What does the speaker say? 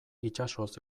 itsasoz